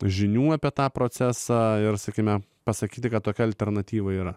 žinių apie tą procesą ir sakykime pasakyti kad tokia alternatyva yra